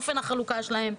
אופן החלוקה שלהן.